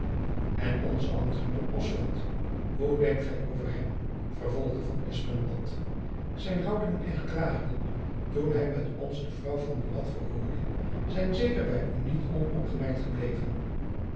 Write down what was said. en onze ambtgenoot bosveldt hoe denkt gy over hem vervolgde van espenblad zijn houding en gedragingen toen hy met ons de vrouw van buat verhoorde zijn zeker by u niet onopgemerkt gebleven